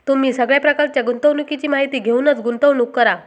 तुम्ही सगळ्या प्रकारच्या गुंतवणुकीची माहिती घेऊनच गुंतवणूक करा